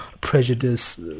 prejudice